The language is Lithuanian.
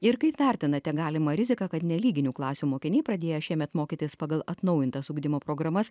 ir kaip vertinate galimą riziką kad nelyginių klasių mokiniai pradėję šiemet mokytis pagal atnaujintas ugdymo programas